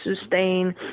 sustain